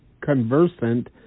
conversant